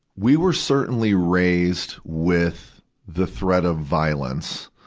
we were certainly raised with the threat of violence,